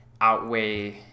outweigh